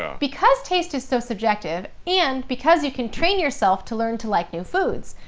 because taste is so subjective, and because you can train yourself to learn to like new foods,